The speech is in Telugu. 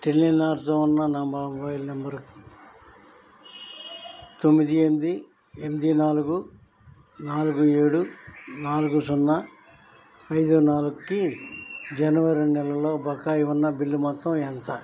టెలినార్తో ఉన్న నా మొబైల్ నెంబరు తొమ్మిది ఎనిమిది ఎనిమిది నాలుగు నాలుగు ఏడు నాలుగు సున్నా ఐదు నాలుగుకి జనవరి నెలలో బకాయి ఉన్న బిల్లు మొత్తం ఎంత